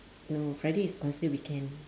no friday is considered weekend